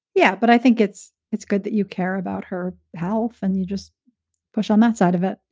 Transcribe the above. yeah. but i think it's it's good that you care about her health. and you just push on that side of it.